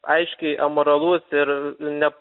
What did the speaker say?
aiškiai amoralus ir ne